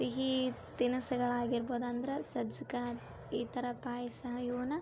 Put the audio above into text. ಸಿಹಿ ತಿನಸುಗಳಾಗಿರ್ಬೋದು ಅಂದ್ರ ಸಜ್ಗಾ ಈ ಥರ ಪಾಯಸ ಇವ್ನ